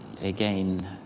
Again